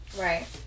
Right